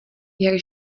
jak